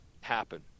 happen